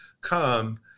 come